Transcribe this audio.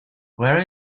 where